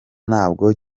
ntabwo